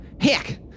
Heck